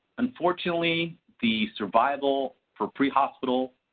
unfortunately the survival for prehospital,